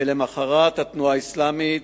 ולמחרת, התנועה האסלאמית,